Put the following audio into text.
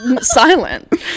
silent